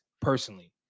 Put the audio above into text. personally